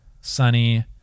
sunny